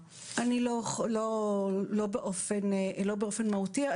לא באופן מהותי.